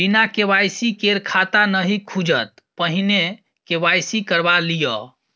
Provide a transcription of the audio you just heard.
बिना के.वाई.सी केर खाता नहि खुजत, पहिने के.वाई.सी करवा लिअ